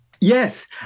Yes